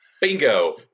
Bingo